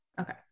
okay